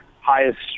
highest